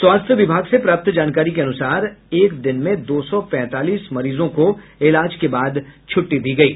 स्वास्थ्य विभाग से प्राप्त जानकारी के अनुसार एक दिन में दो सौ पैंतालीस मरीजों को इलाज के बाद छुट्टी दी गयी